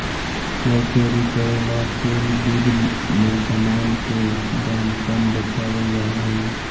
कर चोरी करे ला सेल डीड में सामान के दाम कम देखावल जा हई